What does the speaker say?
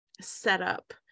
setup